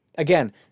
Again